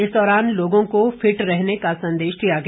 इस दौरान लोगों को फिट रहने का संदेश दिया गया